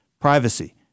Privacy